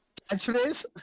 catchphrase